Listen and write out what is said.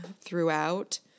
throughout